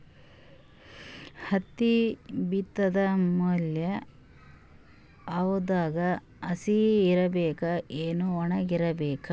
ಹತ್ತಿ ಬಿತ್ತದ ಮ್ಯಾಲ ಹವಾದಾಗ ಹಸಿ ಇರಬೇಕಾ, ಏನ್ ಒಣಇರಬೇಕ?